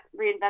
reinvent